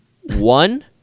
One